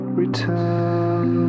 return